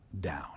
down